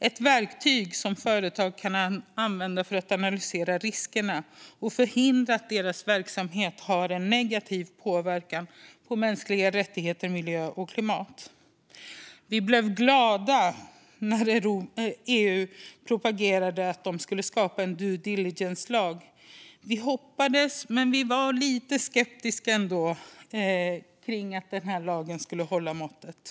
Det är verktyg som företag kan använda för att analysera riskerna och förhindra att deras verksamhet har en negativ påverkan på mänskliga rättigheter, miljö och klimat, och vi blev glada när EU propagerade för att de skulle skapa en due diligence-lag. Vi hoppades men var ändå lite skeptiska kring att den här lagen skulle hålla måttet.